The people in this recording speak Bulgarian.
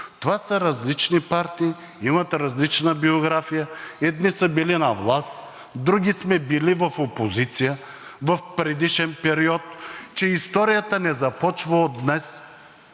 това са различни партии, имат различна биография – едни са били на власт, други сме били в опозиция в предишен период, че историята не започва от днес.